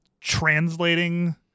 translating